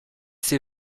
ses